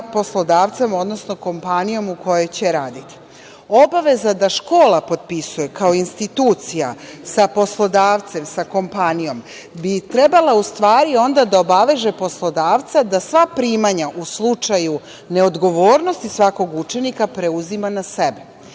poslodavcem, odnosno kompanijom u kojoj će raditi. Obaveza da škola potpisuje, kao institucija, sa poslodavcem, sa kompanijom bi trebala u stvari da obaveže poslodavca da sva primanja u slučaju neodgovornosti svakog učenika preuzima na sebe.